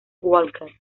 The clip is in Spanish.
walker